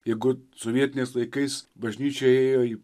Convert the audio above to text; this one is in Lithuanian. jeigu sovietiniais laikais bažnyčia ėjo į